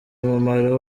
umumaro